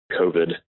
COVID